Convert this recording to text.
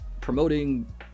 promoting